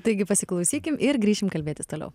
taigi pasiklausykim ir grįšim kalbėti toliau